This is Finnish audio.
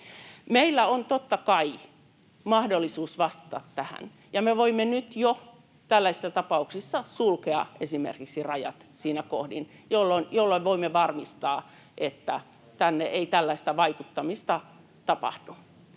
Meillä on totta kai mahdollisuus vastata tähän, ja me voimme jo nyt tällaisissa tapauksissa sulkea esimerkiksi rajat siinä kohdin, jolloin voimme varmistaa, että tänne ei tällaista vaikuttamista tapahdu.